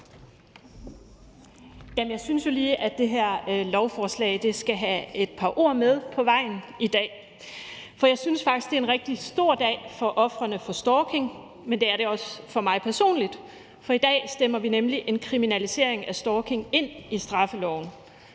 Jeg synes jo lige, at det her lovforslag skal have et par ord med på vejen i dag. For jeg synes faktisk, det er en rigtig stor dag for ofrene for stalking, men det er det også for mig personligt. For i dag stemmer vi nemlig en kriminalisering af stalking ind i straffeloven,